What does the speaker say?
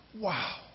Wow